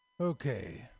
Okay